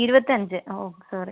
ഇരുപത്തഞ്ച് oh sorry